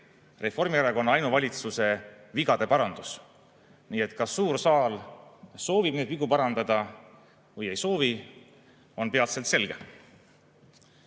Reformierakonna ainuvalitsuse vigade parandus. Kas suur saal soovib neid vigu parandada või ei soovi, on peatselt selge.